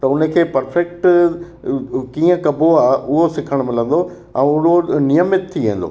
त उनखे पर्फेक्ट कीअं कबो आहे उहो सिखणु मिलंदो ऐं रोज़ु नियमित थी वेंदो